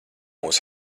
mūs